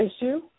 issue